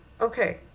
okay